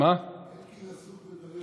אלקין עסוק בדברים אחרים.